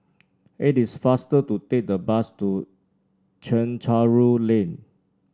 it is faster to take the bus to Chencharu Lane